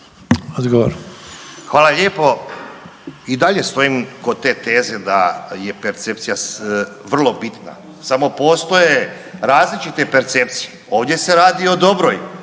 Hvala lijepo. I dalje stojim kod te teze da je percepcija vrlo bitna, samo postoje različite percepcije. Ovdje se radi o dobroj